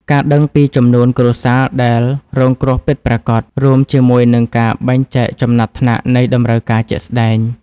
ការដឹងពីចំនួនគ្រួសារដែលរងគ្រោះពិតប្រាកដ រួមជាមួយនឹងការបែងចែកចំណាត់ថ្នាក់នៃតម្រូវការជាក់ស្ដែង។